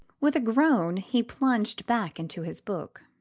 with a groan he plunged back into his book.